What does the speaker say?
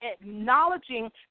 acknowledging